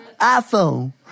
iPhone